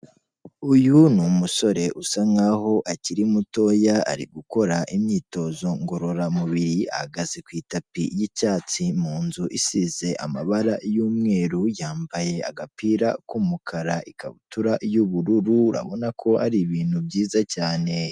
Uyu ni umusore usa nk'aho akiri mutoya, ari gukora imyitozo ngororamubiri, ahagaze ku itapi y'icyatsi, mu nzu isize amabara y'umweru, yambaye agapira k'umukara, ikabutura y'ubururu, ubona ko ari ibintu byiza cyane.